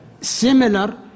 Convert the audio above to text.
similar